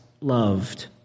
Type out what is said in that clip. loved